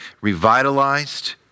revitalized